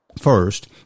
first